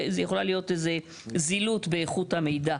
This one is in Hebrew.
ויכולה להיות כאן איזו זילות באיכות המידע.